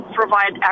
provide